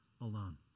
alone